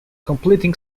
completing